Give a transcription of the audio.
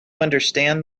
understand